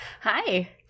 Hi